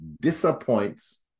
disappoints